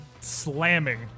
slamming